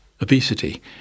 Obesity